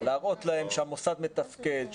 להראות להם שהמוסד מתפקד,